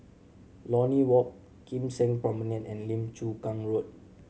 Lornie Walk Kim Seng Promenade and Lim Chu Kang Road